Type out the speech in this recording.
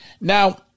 Now